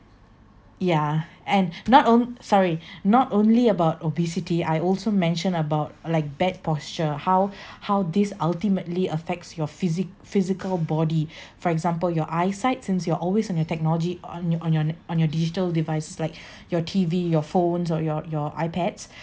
yeah and not on~ sorry not only about obesity I also mention about like bad posture how how this ultimately affects your physi~ physical body for example your eyesight since you're always on your technology on your on your on your digital devices like your T_V your phones or your your ipads